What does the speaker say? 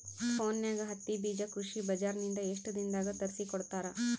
ಫೋನ್ಯಾಗ ಹತ್ತಿ ಬೀಜಾ ಕೃಷಿ ಬಜಾರ ನಿಂದ ಎಷ್ಟ ದಿನದಾಗ ತರಸಿಕೋಡತಾರ?